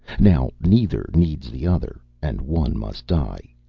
now neither needs the other, and one must die.